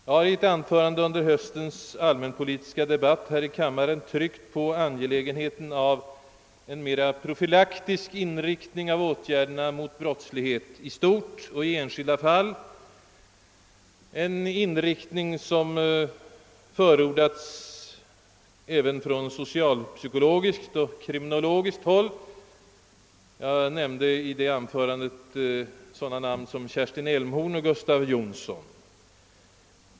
I ett anförande under höstens allmänpolitiska debatt tryckte jag här i kammaren på angelägenheten av en mera profylatisk inriktning av åtgärderna mot brottsligheten i stort och i enskilda fall, en inriktning som förordats även från socialpsykologiskt och kriminologiskt håll. I det anförandet nämnde jag sådana namn som Kerstin Elmhorn och Gustav Jonsson.